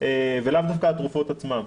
ולאו דווקא התרופות עצמן.